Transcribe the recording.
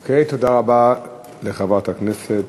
אוקיי, תודה רבה לחברת הכנסת